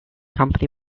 company